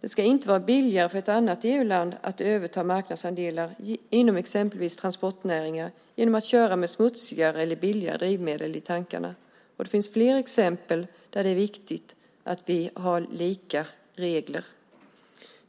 Det ska inte vara billigare för ett annat EU-land att överta marknadsandelar inom exempelvis transportnäringen genom att köra med smutsigare eller billigare drivmedel i tankarna. Det finns fler exempel där det är viktigt att vi har lika regler.